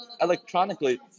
electronically